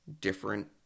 different